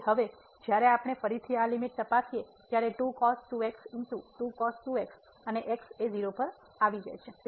તેથી હવે જ્યારે આપણે ફરીથી આ લીમીટ તપાસીએ ત્યારે અને x 0 પર જાય છે